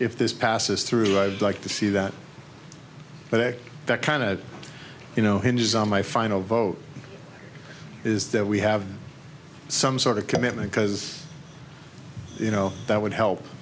if this passes through i'd like to see that but act that kind of you know hinges on my final vote is that we have some sort of commitment because you know that would